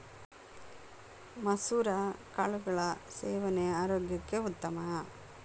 ಮಸುರ ಕಾಳುಗಳ ಸೇವನೆ ಆರೋಗ್ಯಕ್ಕೆ ಉತ್ತಮ